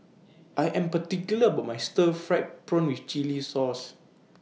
I Am particular about My Stir Fried Prawn with Chili Sauce